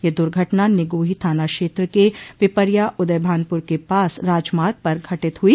यह दुर्घटना निगोही थाना क्षेत्र के पिपरिया उदय भानपुर के पास राजमार्ग पर घटित हुई